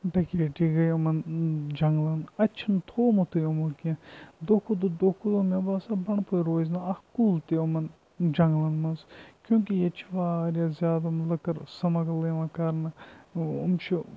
ڈَکیتی گٔے یِمَن جنٛگلَن اَتہِ چھُنہٕ تھوومُتُے یِمو کینٛہہ دۄہ کھۄتہٕ دۄہ دۄہ کھۄتہٕ دۄہ مےٚ باسان بنٛڈٕ پورِ روزِ نہٕ اَکھ کُل تہِ یِمَن جنٛگلَن منٛز کیونکہِ ییٚتہِ چھِ واریاہ زیادٕ لٔکٕر سٕمَگٕل یِوان کَرنہٕ یِم چھِ